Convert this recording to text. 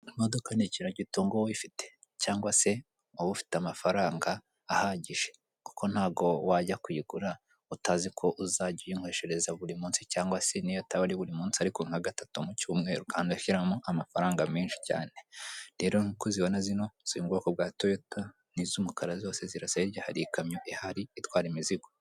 imodoka ni ikintu gitunguwe uyifite cyangwa se wari ufite amafaranga ahagije kuko ntago wajya kuyigura utazi ko uzajya uyinyweshereza buri munsi cyangwa se niyotaba ari buri munsi ariko nka gatatu mu cyumweru kandishyiramo amafaranga menshi cyane rero nkuko uzibona zino ziri bwoko bwa toyota n'iz'umukara zose zirasa hari ikamyo ihari itwara imizigo.